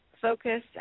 focus